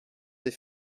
des